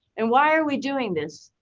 and why are we doing this?